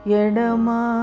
Yedama